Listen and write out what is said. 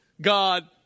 God